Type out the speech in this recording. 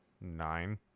Nine